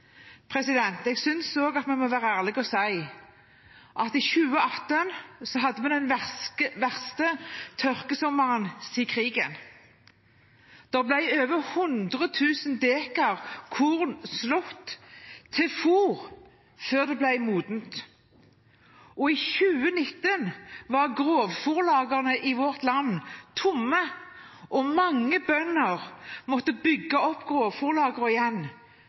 må være ærlig og si at i 2018 hadde vi den verste tørkesommeren siden krigen. Da ble over 100 000 dekar korn slått til fôr før det ble modent. I 2019 var grovfôrlagrene i vårt land tomme, og mange bønder måtte bygge opp